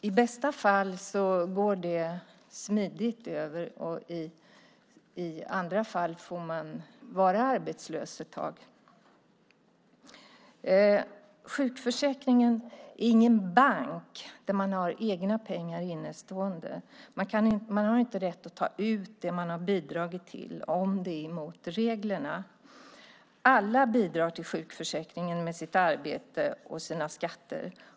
I bästa fall går det smidigt. I andra fall får man vara arbetslös ett tag. Sjukförsäkringen är ingen bank där man har egna pengar innestående. Man har inte rätt att ta ut det man har bidragit till om det är mot reglerna. Alla bidrar till sjukförsäkringen med sitt arbete och sina skatter.